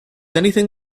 anything